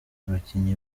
abakinnyi